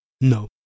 No